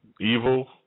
evil